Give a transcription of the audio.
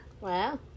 Wow